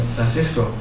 Francisco